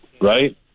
right